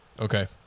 Okay